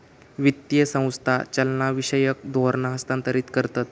वित्तीय संस्था चालनाविषयक धोरणा हस्थांतरीत करतत